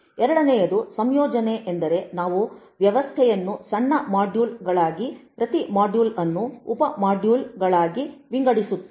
ಎರಡನೆಯದು ಸಂಯೋಜನೆ ಅಂದರೆ ನಾವು ವ್ಯವಸ್ಥೆಯನ್ನು ಸಣ್ಣ ಮಾಡ್ಯೂಲ್ಗಳಾಗಿ ಪ್ರತಿ ಮಾಡ್ಯೂಲ್ ಅನ್ನು ಉಪ ಮಾಡ್ಯೂಲ್ಗಳಾಗಿ ವಿಂಗಡಿಸುತ್ತೇವೆ